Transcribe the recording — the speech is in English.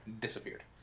disappeared